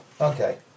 Okay